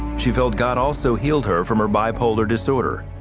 she felt god also healed her from her bipolar disorder.